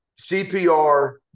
CPR